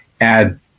add